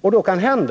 Det kan